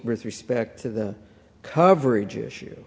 with respect to the coverage issue